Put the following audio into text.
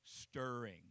stirring